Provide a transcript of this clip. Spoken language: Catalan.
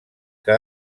que